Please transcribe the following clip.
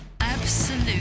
absolute